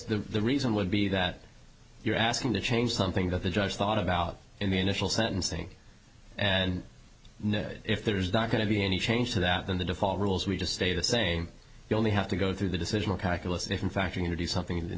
the reason would be that you're asking to change something that the judge thought about in the initial sentencing and if there's not going to be any change to that then the default rules we just stay the same you only have to go through the decision calculus if in fact you need to do something